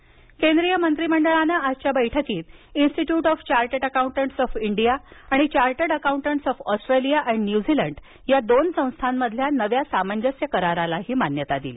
सामंजस्य करार केंद्रीय मंत्रिमंडळानं आजच्या बैठकीत institute of chartered accountants of India आणि chartered accountants of Australia and New Zealand या दोन संस्थांमधील नव्या सामंजस्य करारालाही मान्यता दिली